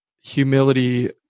humility